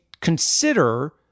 consider